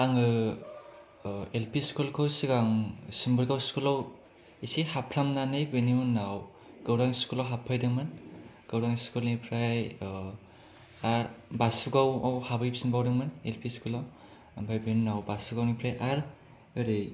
आङो L P सकुलखौ सिगां सिमबोरगाव स्कुलाव इसे हाबफ्रामनानै बिनि उनाव गौरां स्कुलाव हाबफैदोंमोन गौरां स्कुलनिफ्राय बासुगावाव हाबैफिनबावदों एल पि स्कुलाव ओमफ्राय बेनि उनाव बासुगावनिफ्राय आरो ओरै